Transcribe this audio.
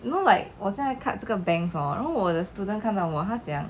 you know like 我现在 cut 这个 bangs hor then 我的 student 看到我他讲